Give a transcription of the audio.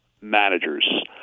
managers